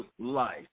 life